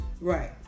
Right